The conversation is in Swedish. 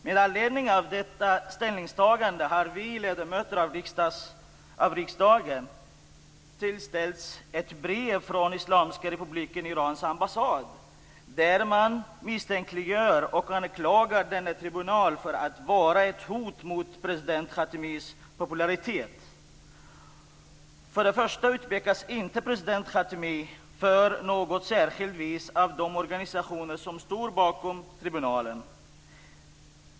Med anledning av detta ställningstagande har vi ledamöter av riksdagen tillställts ett brev från Islamska republiken Irans ambassad, där man misstänkliggör och anklagar denna tribunal för att vara ett hot mot president Khatamis popularitet. President Khatami utpekas inte på något särskilt vis av de organisationer som står bakom tribunalen.